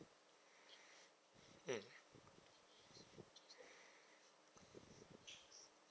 mm